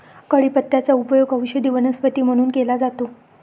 कढीपत्त्याचा उपयोग औषधी वनस्पती म्हणून केला जातो